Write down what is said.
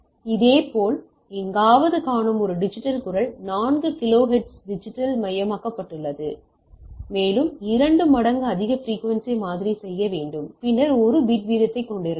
இதேபோல் எங்காவது காணும் ஒரு டிஜிட்டல் குரல் 4 கிலோஹெர்ட்ஸில் டிஜிட்டல் மயமாக்கப்பட்டுள்ளது மேலும் இரண்டு மடங்கு அதிக பிரிக்குவென்சி மாதிரி செய்ய வேண்டும் பின்னர் ஒரு பிட் வீதத்தைக் கொண்டிருக்கலாம்